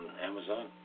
Amazon